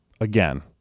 again